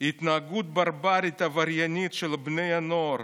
"התנהגות ברברית ועבריינית" של בני הנוער,